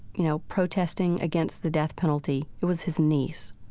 you know, protesting against the death penalty. it was his niece.